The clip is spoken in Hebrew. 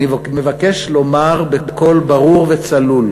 אני מבקש לומר בקול ברור וצלול,